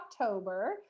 October